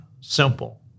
simple